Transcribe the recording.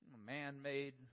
man-made